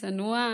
צנוע,